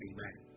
Amen